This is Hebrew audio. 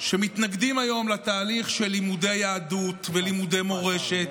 שמתנגדים היום לתהליך של לימודי יהדות ולימודי מורשת,